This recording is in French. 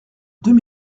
deux